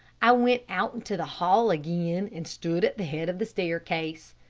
i went out into the hall again and stood at the head of the staircase.